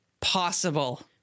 possible